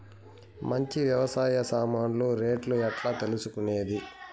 మంచి వ్యవసాయ సామాన్లు రేట్లు ఎట్లా తెలుసుకునేది?